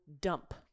dump